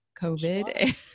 COVID